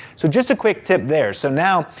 so just a quick tip there. so now,